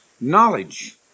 knowledge